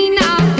now